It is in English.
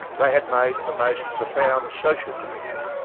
they had made the most profound social commitment,